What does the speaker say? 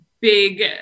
Big